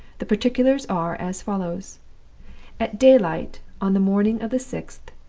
the particulars are as follows at daylight, on the morning of the sixth,